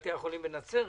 לבתי החולים בנצרת.